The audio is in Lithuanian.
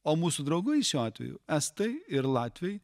o mūsų draugai šiuo atveju estai ir latviai